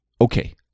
okay